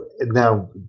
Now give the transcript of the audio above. now